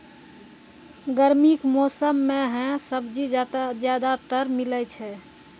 गर्मी के मौसम मं है सब्जी ज्यादातर मिलै छै